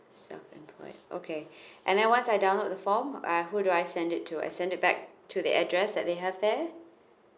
self employed okay and then once I download the form I who do I send it to I send it back to the address that they have there